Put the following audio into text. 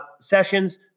sessions